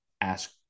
ask